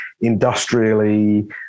industrially